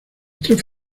tres